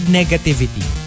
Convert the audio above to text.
negativity